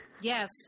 yes